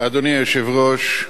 אדוני היושב-ראש,